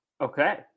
Okay